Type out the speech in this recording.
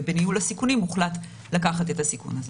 ובניהול הסיכונים הוחלט לקחת את הסיכון הזה.